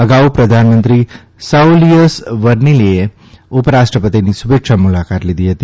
અગાઉ પ્રધાનમંત્રી સાઉલીયસ વેર્નેલીએ ઉપરાષ્ટ્રપતિની શુભેચ્છા મુલાકાત લીધી હતી